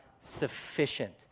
sufficient